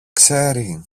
ξέρει